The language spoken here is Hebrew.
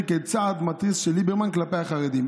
אותה כצעד מתריס של ליברמן כלפי החרדים.